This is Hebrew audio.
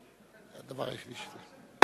דברי הכנסת כה /